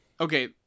okay